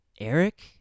Eric